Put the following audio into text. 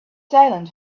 silent